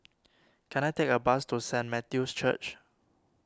can I take a bus to Saint Matthew's Church